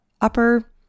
upper